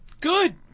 Good